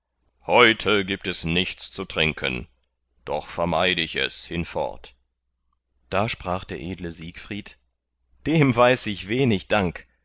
heute gibt es nichts zu trinken doch vermeid ich es hinfort da sprach der edle siegfried dem weiß ich wenig dank